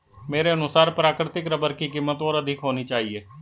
मेरे अनुसार प्राकृतिक रबर की कीमत और अधिक होनी चाहिए